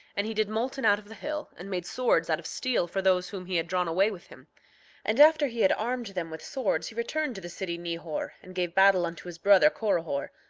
and he did molten out of the hill, and made swords out of steel for those whom he had drawn away with him and after he had armed them with swords he returned to the city nehor and gave battle unto his brother corihor,